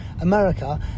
America